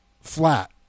flat